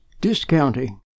discounting